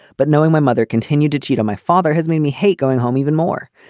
but knowing my mother continued to cheat on my father has made me hate going home even more.